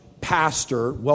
pastor